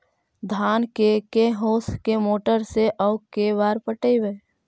धान के के होंस के मोटर से औ के बार पटइबै?